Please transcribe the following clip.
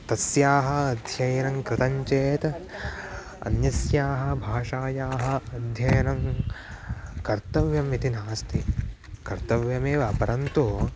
तस्याः अध्ययनं कृतञ्चेत् अन्यस्याः भाषायाः अध्ययनं कर्तव्यम् इति नास्ति कर्तव्यमेव परन्तु